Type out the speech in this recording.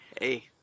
hey